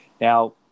Now